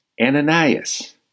Ananias